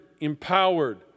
empowered